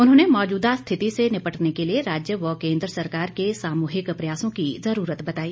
उन्होंने मौजूदा स्थिति से निपटने के लिए राज्य व केंद्र सरकार के सामूहिक प्रयासों की जरूरत बताई